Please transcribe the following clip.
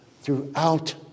throughout